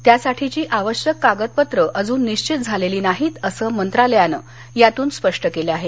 त्यासाठीची आवश्यक कागदपत्रं अजून निशित झालेली नाहीत असं मंत्रालयानं यातून स्पष्ट केलं आहे